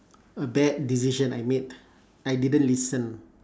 a bad decision I made I didn't listen